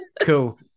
cool